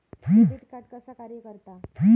Debit card कसा कार्य करता?